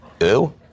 Ew